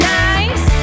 nice